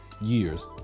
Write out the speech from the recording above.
years